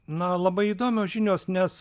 na labai įdomios žinios nes